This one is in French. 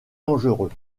dangereux